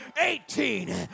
eighteen